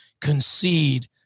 concede